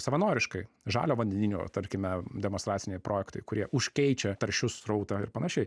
savanoriškai žalio vandeninio tarkime demonstraciniai projektai kurie užkeičia taršių srautą ir panašiai